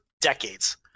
decades